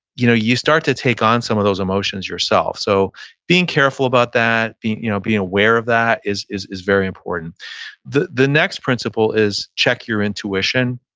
you know you start to take on some of those emotions yourself. so being careful about that, being you know being aware of that is is very important the the next principle is check your intuition.